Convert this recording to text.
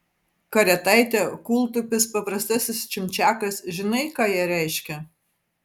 karetaitė kūltupis paprastasis čimčiakas žinai ką jie reiškia